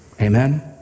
Amen